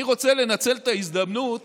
אני רוצה לנצל את ההזדמנות